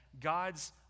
God's